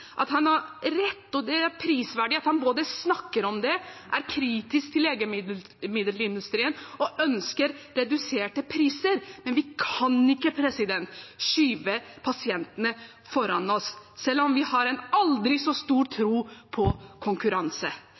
at han har rett, og det er prisverdig at han snakker om det, er kritisk til legemiddelindustrien og ønsker reduserte priser. Men vi kan ikke skyve pasientene foran oss selv om vi har aldri så stor tro på konkurranse.